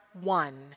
one